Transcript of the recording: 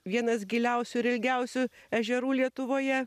vienas giliausių ir ilgiausių ežerų lietuvoje